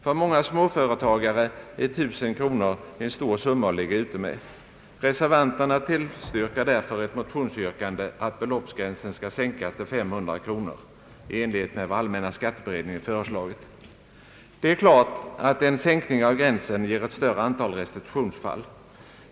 För många småföretagare är 1 000 kronor en stor summa att ligga ute med. Reservanterna tillstyrker därför ett motionsyrkande att beloppsgränsen skall sänkas till 500 kronor i enlighet med vad allmänna skatteberedningen föreslagit. Det är klart att en sänkning av gränsen ger ett större antal restitutionsfall.